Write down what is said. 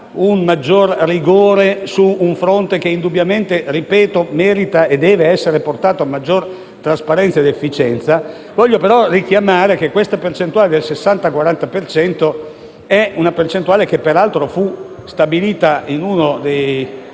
un maggior rigore su un fronte che indubbiamente merita e deve essere portato a maggior trasparenza ed efficienza. Voglio però richiamare che la percentuale del 60-40 per cento è stata stabilita in uno dei